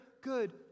good